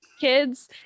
kids